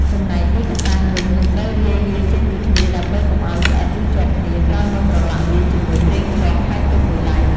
ចំណែកមីកាតាំងវិញ យើងត្រូវរាយវាចេញពីគ្នា ដើម្បីកុំឱ្យស្អិត ឬជាប់គ្នា ក្រោយមកប្រឡាក់វាជាមួយប្រេងខ្យង ហើយទុកមួយឡែក។